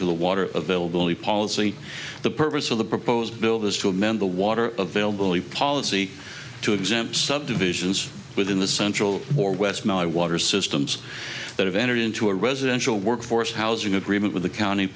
to the water availability policy the purpose of the proposed bill is to amend the water availability policy to exempt subdivisions within the central or west my water systems that have entered into a residential workforce housing agreement with the county